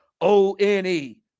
O-N-E